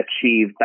achieve